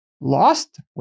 lost